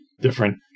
different